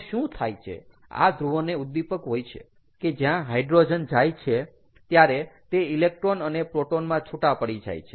તો શું થાય છે આ ધ્રુવોને ઉદીપક હોય છે કે જ્યાં હાઈડ્રોજન જાય છે ત્યારે તે ઈલેક્ટ્રોન અને પ્રોટોન માં છૂટા પડી જાય છે